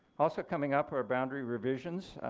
also coming up our boundary revisions.